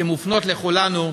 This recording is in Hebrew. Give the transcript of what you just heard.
שמופנים לכולנו,